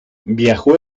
viajó